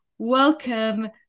Welcome